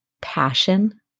passion